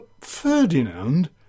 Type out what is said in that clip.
Ferdinand